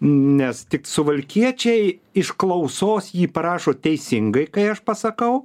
nes tik suvalkiečiai iš klausos jį parašo teisingai kai aš pasakau